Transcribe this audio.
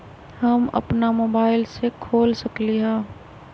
हम अपना मोबाइल से खोल सकली ह?